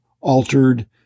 altered